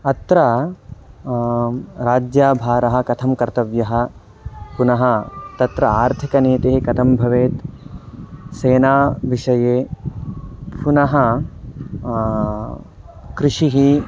अत्र राज्याभारः कथं कर्तव्यः पुनः तत्र आर्थिकनीतिः कथं भवेत् सेना विषये पुनः कृषिः